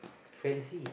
Francis